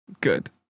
Good